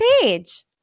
page